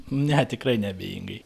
ne tikrai neabejingai